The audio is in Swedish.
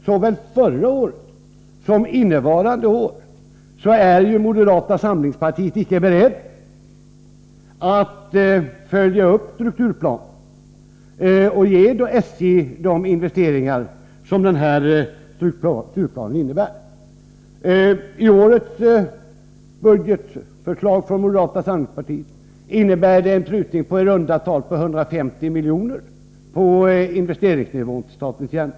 Såväl förra året som innevarande år är moderata samlingspartiet icke berett att följa upp strukturplanen och ge SJ de investeringar som strukturplanen kräver. Årets budgetförslag från moderata samlingspartiet innebär en prutning på investeringsnivån till statens järnvägar med i runt tal 150 milj.kr.